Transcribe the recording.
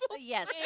Yes